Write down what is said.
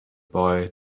boy